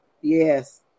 Yes